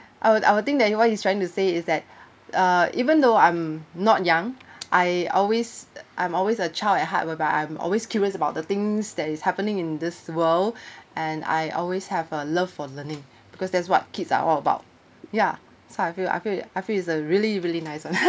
I would I would think that you what you trying to say is that uh even though I'm not young I always I'm always a child at heart whereby I'm always curious about the things that is happening in this world and I always have a love for learning because that's what kids are all about ya so I feel I feel I feel it's a really really nice